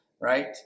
right